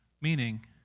meaning